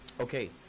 Okay